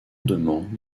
demande